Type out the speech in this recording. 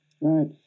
Right